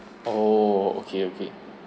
oh okay okay